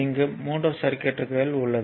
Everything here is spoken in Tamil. இங்கு 3 சர்க்யூட்கள் உள்ளது